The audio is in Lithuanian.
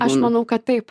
aš manau kad taip